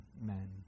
men